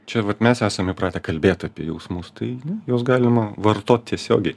čia vat mes esam įpratę kalbėt apie jausmus tai juos galima vartot tiesiogiai